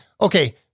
Okay